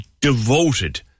devoted